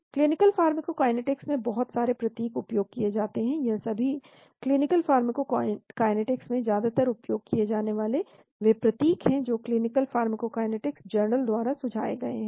clinical pharmacokinetics में बहुत सारे प्रतीक उपयोग किए जाते हैं यह सभी क्लीनिकल फार्माकोकाइनेटिक्स में ज्यादातर उपयोग किए जाने वाले वे प्रतीक हैं जो क्लीनिकल फार्माकोकाइनेटिक्स जर्नल द्वारा सुझाए गए है